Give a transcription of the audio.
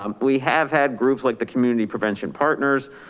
um we have had groups like the community prevention partners